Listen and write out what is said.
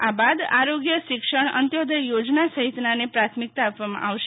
આ બાદ આરોગ્ય શિક્ષણ અંત્યોદય યોજના સહિતનાને પ્રાથમિકતા આપવામાં આવશે